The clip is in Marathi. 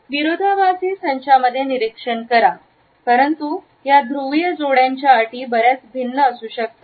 विरोधाभासी संचमध्ये निरीक्षण करा परंतु या ध्रुवीय जोड्यांच्या अटी बर्याच भिन्न असू शकतात